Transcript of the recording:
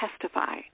testify